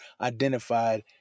identified